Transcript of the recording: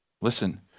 Listen